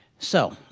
so,